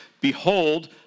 Behold